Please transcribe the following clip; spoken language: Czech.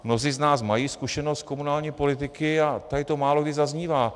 Mnozí z nás mají zkušenost z komunální politiky a tady to málokdy zaznívá.